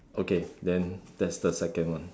okay then that's the second one